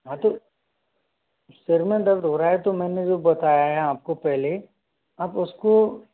हाँ तो सिर में दर्द हो रहा है तो मैंने जो बताया हैं आपको पहले आप उसको